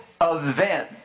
event